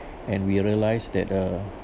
and we realised that uh